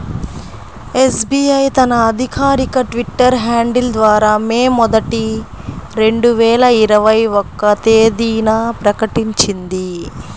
SBI తన అధికారిక Twitter handle ద్వారా మే మొదటి, రెండు వేల ఇరవై ఒక్క తేదీన ప్రకటించింది